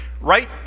right